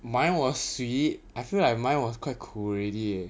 mine was sweet I feel like mine was quite 苦 already